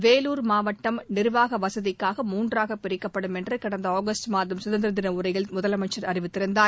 வேலூர் மாவட்டம் நீர்வாக வசதிக்காக மூன்றாக பிரிக்கப்படும் என்று கடந்த ஆகஸ்ட் மாதம் சுதந்திர தின உரையில் முதலமைச்சர் அறிவித்திருந்தார்